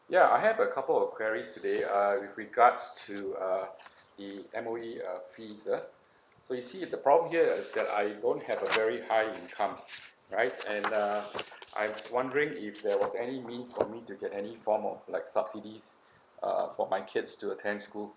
ya I have a couple of quarries today uh with regards to uh the M_O_E uh fees uh so you see the problem here is that I don't have a very high income right and uh I just wondering if there was any mean for me to get any form of like subsidies uh for my kids to attend school